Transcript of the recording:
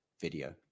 video